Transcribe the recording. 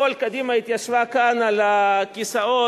כל קדימה התיישבה כאן על הכיסאות,